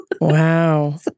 wow